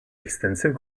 extensive